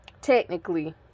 Technically